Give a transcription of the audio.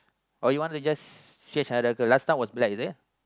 or you want to just switch to other last time was black is it